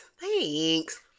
thanks